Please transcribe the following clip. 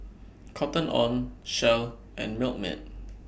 Cotton on Shell and Milkmaid